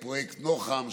עם פרויקט נוח"ם,